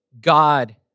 God